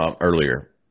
earlier